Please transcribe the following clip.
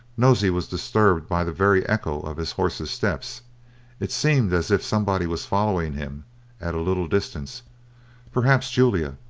nosey was disturbed by the very echo of his horse's steps it seemed as if somebody was following him at a little distance perhaps julia,